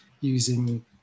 using